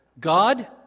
God